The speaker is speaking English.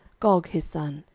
gog his son,